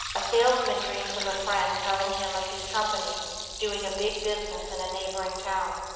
a salesman dreams of a friend telling him of his company doing a big business in a neighboring town.